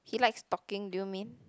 he likes talking do you mean